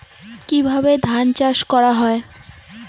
কিভাবে ধান চাষ করা হয়?